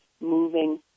moving